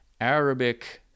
Arabic